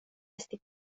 esti